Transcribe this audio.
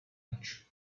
much